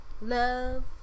Love